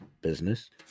business